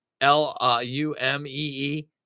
L-U-M-E-E